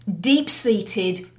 deep-seated